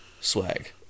swag